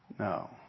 No